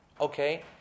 okay